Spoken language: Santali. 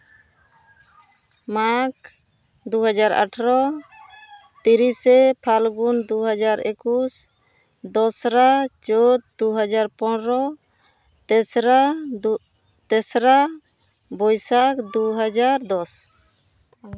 ᱢᱟᱜᱽ ᱫᱩ ᱦᱟᱡᱟᱨ ᱟᱴᱷᱨᱚ ᱛᱤᱨᱤᱥᱮ ᱯᱷᱟᱞᱜᱩᱱ ᱫᱩ ᱦᱟᱡᱟᱨ ᱮᱠᱩᱥ ᱫᱚᱥᱨᱟᱭ ᱪᱟᱹᱛ ᱫᱩ ᱦᱟᱡᱟᱨ ᱯᱚᱱᱨᱚ ᱛᱮᱥᱨᱟ ᱛᱮᱥᱨᱟ ᱵᱳᱭᱥᱟᱹᱠ ᱫᱩ ᱦᱟᱡᱟᱨ ᱫᱚᱥ